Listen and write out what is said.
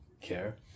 care